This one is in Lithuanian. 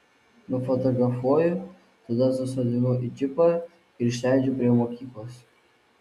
nufotografuoju tada susodinu į džipą ir išleidžiu prie mokyklos